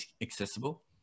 accessible